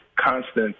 constant